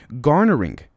garnering